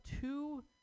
two